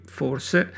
forse